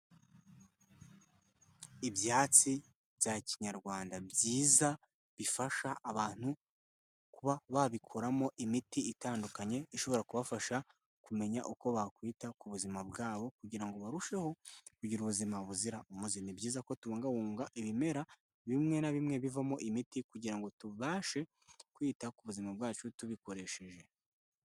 Ibyatsi bya kinyarwanda byiza, bifasha abantu kuba babikoramo imiti itandukanye, ishobora kubafasha kumenya uko bakwita ku buzima bwabo, kugira barusheho kugira ubuzima buzira umuze, ni byiza kubungabunga ibimera, bimwe na bimwe bivamo imiti, kugira ngo tubashe kwita ku buzima bwacu tubikoresheje.